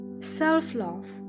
self-love